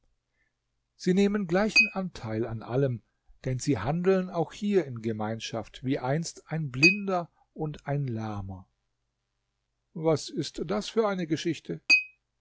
sie nehmen gleichen anteil an allem denn sie handeln auch hier in gemeinschaft wie einst ein blinder und ein lahmer was ist das für eine geschichte